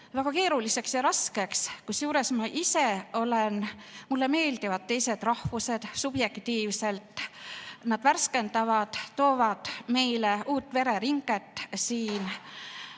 väga keeruliseks ja raskeks. Kusjuures mulle enesele meeldivad teised rahvused subjektiivselt. Nad värskendavad, toovad meile uut vereringet.